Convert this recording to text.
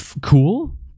cool